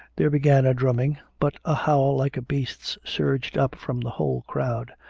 there began a drumming but a howl like a beast's surged up from the whole crowd.